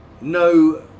no